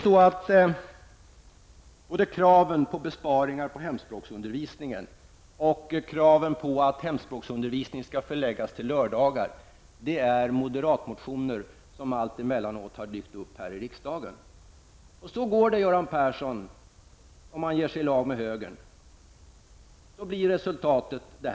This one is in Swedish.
Både kraven på besparingar inom hemspråksundervisningen och kraven att hemspråksundervisning skall förläggas till lördagar har sitt ursprung i moderatmotioner som allt emellanåt har dykt upp här i riksdagen. Så går det, Göran Persson, om man ger sig i lag med högern. Då blir detta resultatet.